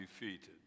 defeated